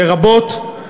זה כבר, בוודאי.